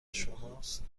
شماست